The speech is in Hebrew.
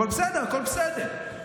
אבל בסדר, הכול בסדר.